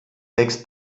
wächst